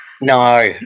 No